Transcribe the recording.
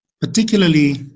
particularly